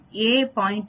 21 G 0